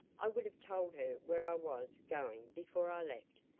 i would have told her where i was going before i left,